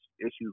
issues